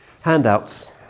handouts